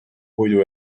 puidu